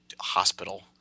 hospital